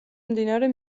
მდინარე